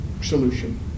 solution